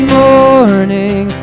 morning